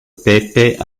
pepe